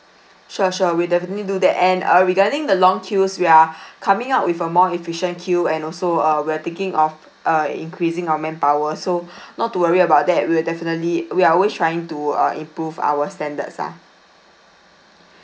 sure sure we'll definitely do that and uh regarding the long queues we are coming out with a more efficient queue and also uh we are thinking of uh increasing our manpower so not to worry about that we will definitely we are always trying to uh improve our standards lah